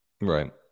right